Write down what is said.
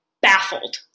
baffled